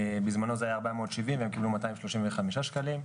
בזמנו זה היה 470 והם קיבלו 235 שקלים.